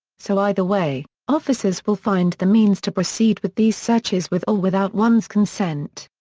so either way, officers will find the means to proceed with these searches with or without one's consent.